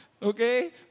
Okay